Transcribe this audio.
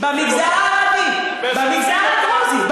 במגזר הערבי, במגזר הדרוזי, משתפים אותם.